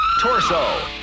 Torso